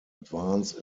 advance